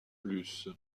plus